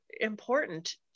important